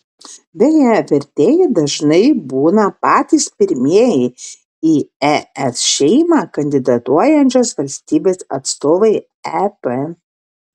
beje vertėjai dažnai būna patys pirmieji į es šeimą kandidatuojančios valstybės atstovai ep